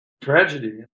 tragedy